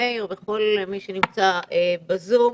מאיר וכל מי שנמצא אתנו ב-זום.